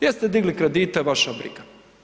Jeste digli kredite, vaša briga.